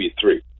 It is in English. three